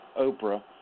Oprah